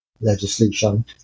legislation